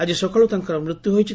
ଆଜି ସକାଳୁ ତାଙ୍କର ମୃତ୍ୟୁ ହୋଇଛି